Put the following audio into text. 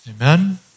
Amen